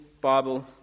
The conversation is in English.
Bible